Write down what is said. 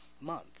month